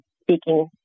speaking